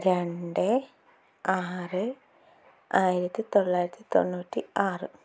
രണ്ട് ആറ് ആയിരത്തി തൊള്ളായിരത്തി തൊണ്ണൂറ്റി ആറ്